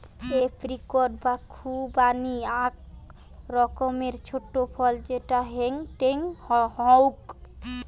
apricot বা খুবানি আক রকমের ছোট ফল যেটা হেংটেং হউক